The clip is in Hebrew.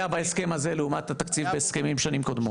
בהסכם הזה לעומת התקציב בשנים קודמות?